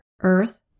earth